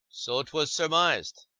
so twas surmised,